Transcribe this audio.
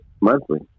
monthly